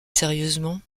sérieusement